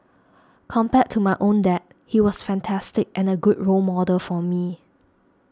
compared to my own dad he was fantastic and a good role model for me